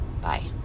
Bye